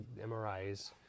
MRIs